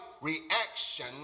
reaction